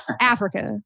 Africa